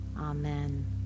Amen